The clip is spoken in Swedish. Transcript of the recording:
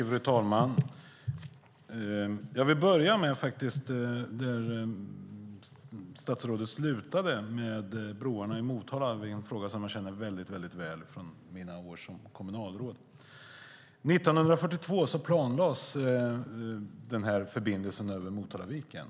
Fru talman! Jag vill börja där statsrådet slutade, broarna i Motala. Det är något jag känner till mycket väl från mina år som kommunalråd. År 1942 planlades förbindelsen över Motalaviken.